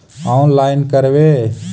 Online करवे?